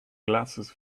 glasses